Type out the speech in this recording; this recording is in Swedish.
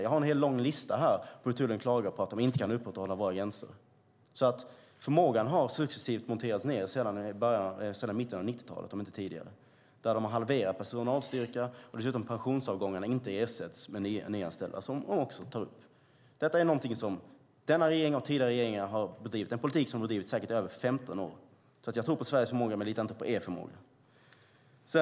Jag har en lång lista här när det gäller hur tullen klagar på att de inte kan upprätthålla våra gränser. Förmågan har successivt monterats ned sedan mitten av 90-talet, om inte tidigare. De har halverat personalstyrkan. Dessutom ersätts de inte med nyanställda vid pensionsavgångar - det tar de också upp. Denna politik har denna regering och tidigare regeringar bedrivit. Det är en politik som har bedrivits i säkert över 15 år. Jag tror på Sveriges förmåga, men jag litar inte på er förmåga.